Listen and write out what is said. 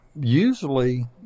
Usually